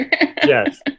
Yes